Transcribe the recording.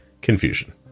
confusion